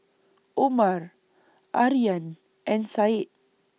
Omar Aryan and Said